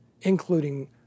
including